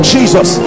Jesus